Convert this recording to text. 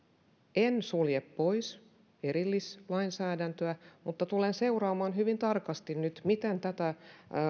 en sulje pois erillislainsäädäntöä mutta tulen nyt seuraamaan hyvin tarkasti miten tätä